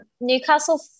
Newcastle